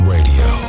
Radio